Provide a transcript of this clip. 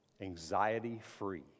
Anxiety-free